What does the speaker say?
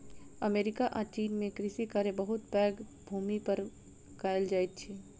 America आ चीन में कृषि कार्य बहुत पैघ भूमि पर कएल जाइत अछि